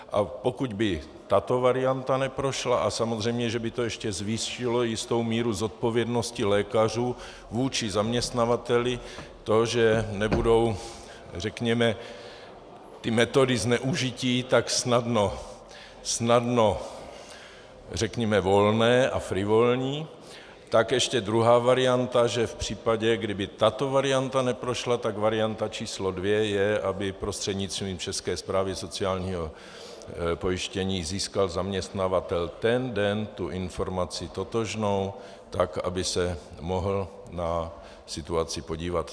A pokud by tato varianta neprošla, a samozřejmě že by to ještě zvýšilo jistou míru zodpovědnosti lékařů vůči zaměstnavateli, to, že nebudou, řekněme, ty metody zneužití tak snadno, řekněme, volné a frivolní, tak ještě druhá varianta, že v případě, kdyby tato varianta neprošla, tak varianta č. 2 je, aby prostřednictvím České správy sociálního pojištění získal zaměstnavatel ten den tu informaci totožnou, tak aby se mohl na situaci podívat.